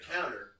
counter